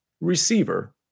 receiver